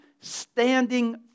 standing